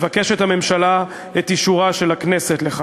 מתבקש אישורה של הכנסת לכך.